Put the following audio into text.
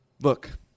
Look